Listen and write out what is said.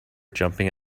jumping